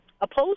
opposed